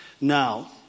Now